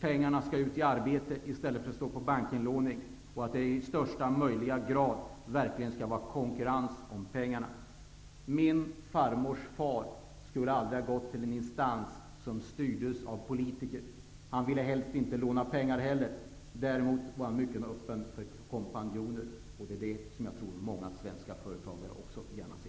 Pengarna skall ut i arbete i stället för att stå på bankinlåning, och i högsta möjliga grad skall det råda verklig konkurrens om pengarna. Min farmors far skulle aldrig ha gått till en instans som styrdes av politiker. Han ville helst inte heller låna pengar. Däremot var han mycket öppen för kompanjoner, och det tror jag att också många svenska företagare i dag är.